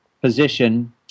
position